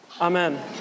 Amen